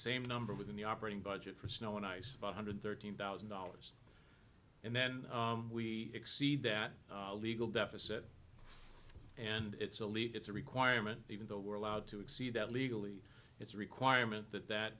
same number within the operating budget for snow and ice five hundred thirteen thousand dollars and then we exceed that legal deficit and it's a lead it's a requirement even though we're allowed to exceed that legally it's a requirement that that